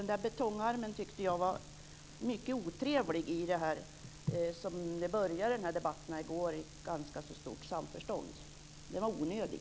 Den där betongarmen tyckte jag var mycket otrevlig i den här debatten, som började i går i ganska stort samförstånd. Den var onödig.